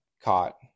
caught